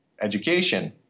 education